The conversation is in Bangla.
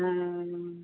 হুম